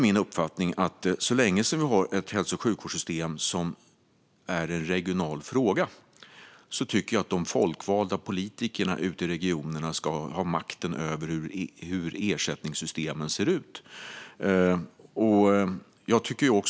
Min uppfattning är att så länge hälso och sjukvårdssystemet är en regional fråga ska de folkvalda politikerna i regionerna ha makten över hur ersättningssystemen ser ut.